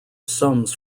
sums